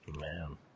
Man